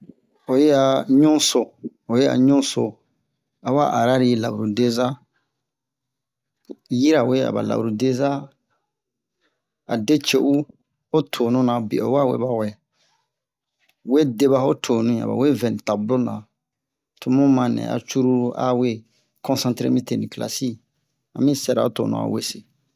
o yi a ɲuso o yi a ɲuso a wa arani la'urudeza yirawe aba la'urudeza ade ce'u ho tonuna bio o wa wee ba wɛ we deba wo tonu'in aba we vɛ ni tabulo na to mu manɛ a curulu a we a konsantere mite ni klasi yi ami sɛra ho tonu a wese